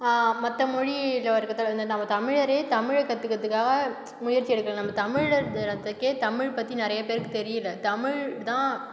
மற்ற மொழியில் இருக்கிறத வந்து நம்ம தமிழரே தமிழை கற்றுக்குறதுக்காக முயற்சி எடுக்கலை நம்ம தமிழர் தினத்துக்கே தமிழ பற்றி நிறைய பேருக்கு தெரியலை தமிழ் தான்